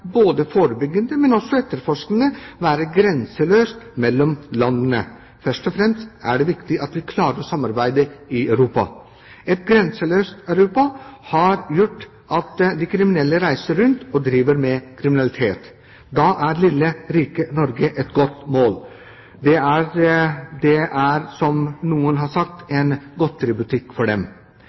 både forebyggende og også etterforskende, være grenseløst mellom landene. Først og fremst er det viktig at vi klarer å samarbeide i Europa. Et grenseløst Europa har gjort at de kriminelle reiser rundt og driver med kriminalitet. Da er lille, rike Norge et godt mål. Det er, som noen har sagt, en godteributikk for dem.